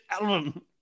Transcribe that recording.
Album